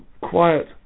quiet